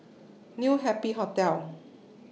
New Happy Hotel